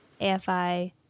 AFI